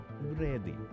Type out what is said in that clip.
Ready